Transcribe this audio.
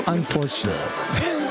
Unfortunately